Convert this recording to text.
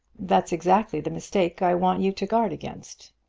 that's exactly the mistake i want you to guard against.